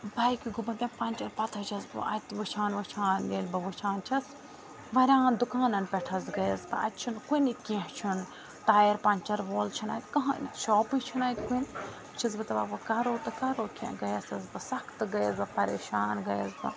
بایکہِ گوٚمُت مےٚ پَنٛکچَر پَتہٕ حظ چھیٚس بہٕ اَتہِ وُچھان وُچھان ییٚلہِ بہٕ وُچھان چھیٚس واریاہن دُکانَن پٮ۪ٹھ حظ گٔیٚیَس بہٕ اَتہِ چھُنہٕ کُنہِ کیٚنٛہہ چھُنہٕ ٹایَر پَنٛکچَر وول چھُنہٕ اَتہِ کٕہٲنۍ شوٛاپٕے چھُنہٕ اَتہِ کُنہِ وۄنۍ چھیٚس بہٕ دَپان وۄنۍ کَرو تہٕ کَرو کیٛاہ گٔیٚیَس حظ بہٕ سَخ تہٕ گٔیٚیَس بہٕ پَریشان گٔیٚیَس بہٕ